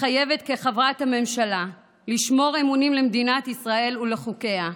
מתחייבת כחברת הממשלה לשמור אמונים למדינת ישראל ולחוקיה,